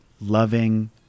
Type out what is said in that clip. loving